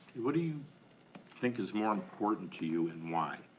what do you think is more important to you and why?